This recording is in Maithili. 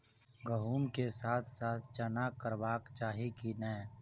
गहुम केँ साथ साथ चना करबाक चाहि की नै?